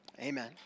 Amen